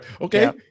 Okay